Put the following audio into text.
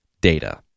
data